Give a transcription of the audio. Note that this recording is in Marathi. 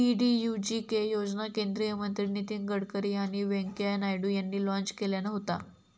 डी.डी.यू.जी.के योजना केंद्रीय मंत्री नितीन गडकरी आणि व्यंकय्या नायडू यांनी लॉन्च केल्यान होता